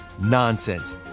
nonsense